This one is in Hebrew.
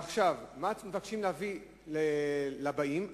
עכשיו, מה מבקשים מהבאים להביא?